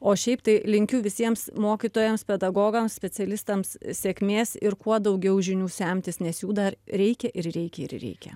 o šiaip tai linkiu visiems mokytojams pedagogams specialistams sėkmės ir kuo daugiau žinių semtis nes jų dar reikia ir reikia ir reikia